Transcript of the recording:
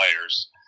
players